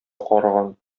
караган